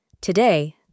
today